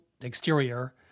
exterior